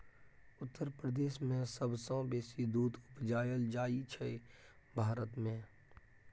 उत्तर प्रदेश मे सबसँ बेसी दुध उपजाएल जाइ छै भारत मे